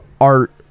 art